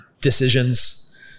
decisions